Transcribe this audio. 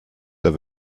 der